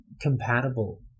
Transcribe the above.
compatible